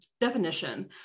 definition